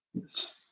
yes